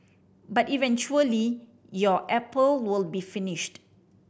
but eventually your apple will be finished